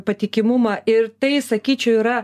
patikimumą ir tai sakyčiau yra